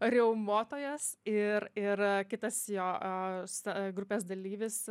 riaumotojas ir ir kitas jo sta grupės dalyvis